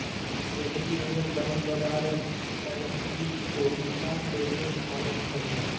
credit union bank बजार में प्रतिजोगिता लेके आबै छइ